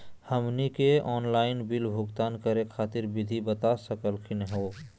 हमनी के online bill भुगतान करे खातीर विधि बता सकलघ हो?